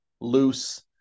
loose